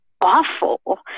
awful